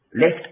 left